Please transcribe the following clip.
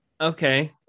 okay